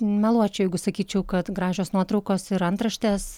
meluočiau jeigu sakyčiau kad gražios nuotraukos ir antraštės